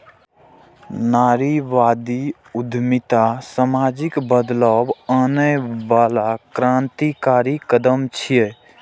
नारीवादी उद्यमिता सामाजिक बदलाव आनै बला क्रांतिकारी कदम छियै